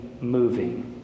moving